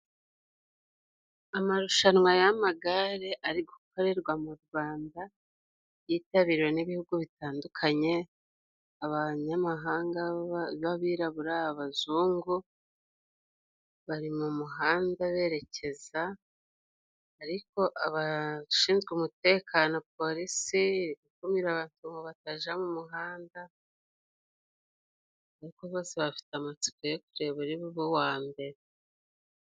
Amarushanwa y’amagare ari gukorerwa mu Rwanda, yitabiriwe n’ibihugu bitandukanye. Abanyamahanga b’abirabura, abazungu, bari mu muhanda berekeza. Ariko abashinzwe umutekano, polisi, ikumira abantu ngo bataja mu muhanda, kuko bose bafite amatsiko yo kureba uri bube uwa mbere.